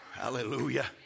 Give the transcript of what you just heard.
Hallelujah